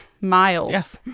Miles